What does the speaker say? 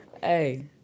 Hey